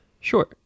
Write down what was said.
Sure